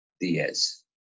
Diaz